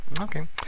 Okay